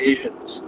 Asians